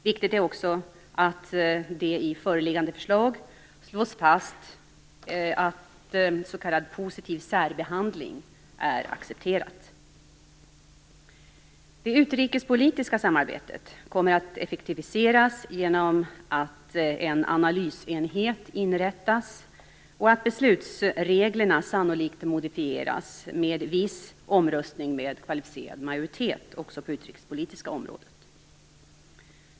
Viktigt är också att det i föreliggande förslag slås fast att s.k. positiv särbehandling är accepterat. Det utrikespolitiska samarbetet kommer att effektiviseras genom att en analysenhet inrättas och att beslutsreglerna sannolikt modifieras med viss omröstning med kvalificerad majoritet också på det utrikespolitiska området.